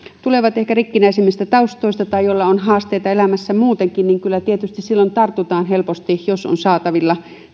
tulevat ehkä rikkinäisemmistä taustoista tai joilla on haasteita elämässä muutenkin niin kyllä tietysti silloin tartutaan helposti näihin voima aineisiin jos niitä on saatavilla